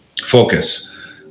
focus